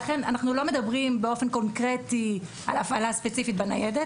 אנחנו לא מדברים באופן קונקרטי על הפעלה ספציפית בניידת.